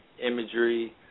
Imagery